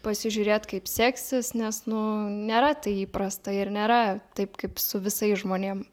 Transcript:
pasižiūrėt kaip seksis nes nu nėra tai įprasta ir nėra taip kaip su visais žmonėm